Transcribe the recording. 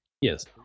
Yes